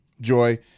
Joy